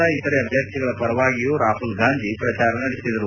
ಪಕ್ಷದ ಇತರೆ ಅಭ್ಯರ್ಥಿಗಳ ಪರವಾಗಿಯೂ ರಾಹುಲ್ ಗಾಂಧಿ ಪ್ರಚಾರ ನಡೆಸಿದರು